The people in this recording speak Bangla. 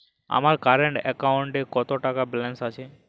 আমার কারেন্ট অ্যাকাউন্টে কত টাকা ব্যালেন্স আছে?